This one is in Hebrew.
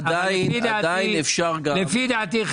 לפי דעתי,